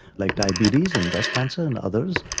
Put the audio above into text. like diabetes and breast cancer and others.